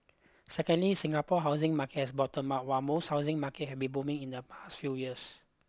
secondly Singapore housing market has bottomed out while most housing market have booming in the past few years